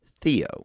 Theo